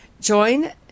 Join